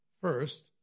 first